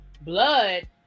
blood